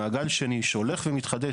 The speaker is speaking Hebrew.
מעגל שני שהולך ומתחדש,